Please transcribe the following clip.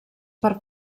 per